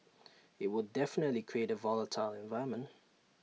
IT would definitely create A volatile environment